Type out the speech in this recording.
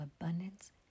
abundance